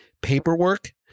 paperwork